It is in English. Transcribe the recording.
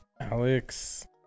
Alex